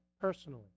personally